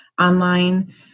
online